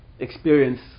experience